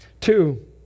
Two